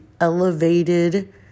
elevated